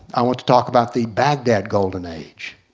i want to talk about the baghdad golden age.